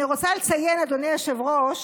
אני רוצה לציין, אדוני היושב-ראש,